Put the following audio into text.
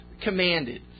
commanded